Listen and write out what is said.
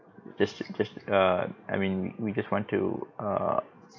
just just err I mean we we just want to uh